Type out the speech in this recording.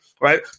Right